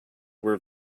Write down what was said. were